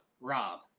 Rob